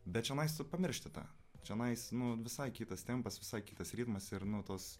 bet čianais tu pamiršti tą čionais nu visai kitas tempas visai kitas ritmas ir nu tos